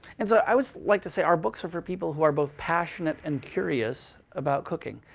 and so i would like to say our books are for people who are both passionate and curious about cooking.